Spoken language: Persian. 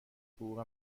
حقوق